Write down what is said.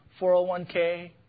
401k